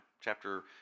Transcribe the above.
chapter